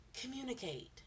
communicate